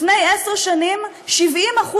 לפני עשר שנים 70%,